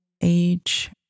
age